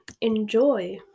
Enjoy